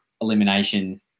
elimination